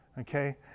okay